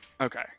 Okay